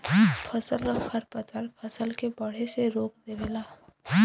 फसल क खरपतवार फसल के बढ़े से रोक देवेला